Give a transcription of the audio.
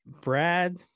brad